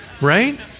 Right